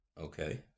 Okay